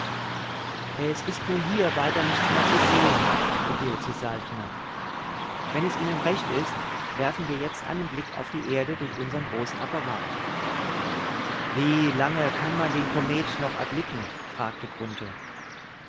es ist nun hier weiter nichts mehr zu sehen sagte hil zu saltner wenn es ihnen recht ist werfen wir jetzt einen blick auf die erde durch unsern großen apparat wie lange kann man den komet noch erblicken fragte